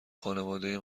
خانواده